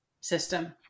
system